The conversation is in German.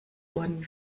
worden